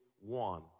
one